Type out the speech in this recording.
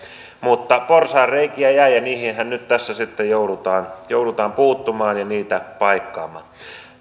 mutta porsaanreikiä jäi ja niihinhän nyt tässä sitten joudutaan joudutaan puuttumaan ja niitä paikkaamaan on